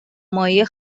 ماهی